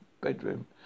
bedroom